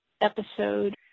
episode